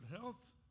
health